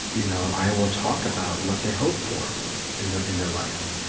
you know i will talk about what they hope for in their in their life.